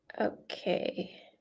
Okay